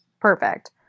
Perfect